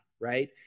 right